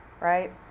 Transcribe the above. right